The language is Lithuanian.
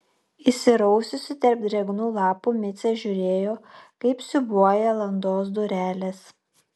įsiraususi tarp drėgnų lapų micė žiūrėjo kaip siūbuoja landos durelės